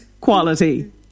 quality